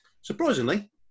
surprisingly